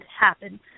happen